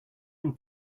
him